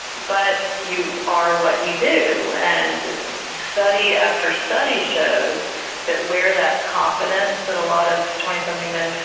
but you are what you do, and study after study shows that where that confidents that a lot of twenty something men,